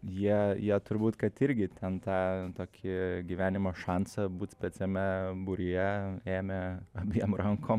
jie jie turbūt kad irgi ten tą tokį gyvenimo šansą būt speciame būryje ėmė abiem rankom